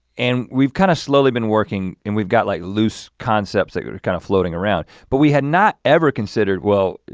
and we've kind of slowly been working, and we've got like loose concepts that are kind of floating around, but we had not ever considered, well,